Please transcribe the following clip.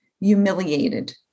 humiliated